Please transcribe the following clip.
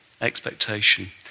expectation